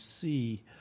see